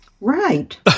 Right